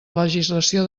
legislació